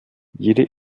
jede